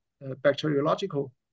bacteriological